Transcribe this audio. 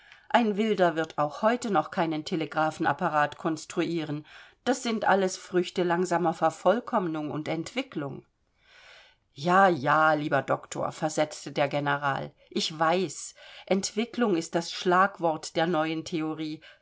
ein wilder wird auch heute noch keinen telegraphenapparat konstruieren das alles sind früchte langsamer vervollkommnung und entwickelung ja ja lieber doktor versetzte der general ich weiß entwickelung ist das schlagwort der neuen theorie